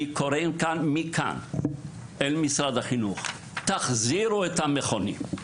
אני קורא מכאן אל משרד החינוך: תחזירו את המכונים.